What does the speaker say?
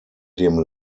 dem